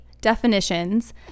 definitions